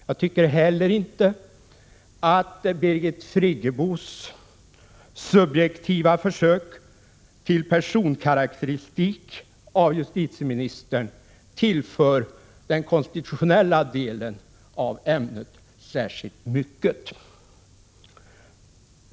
Jag tycker inte heller att Birgit Friggebos subjektiva försök till personkarakteristik av justitieministern tillför den konstitutionella delen av ämnet särskilt mycket.